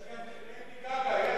יש גם ליידי גאגא.